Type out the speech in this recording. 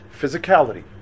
physicality